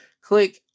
click